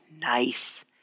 nice